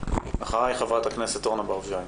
אחרייך חברת הכנסת אורנה ברביבאי.